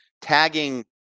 Tagging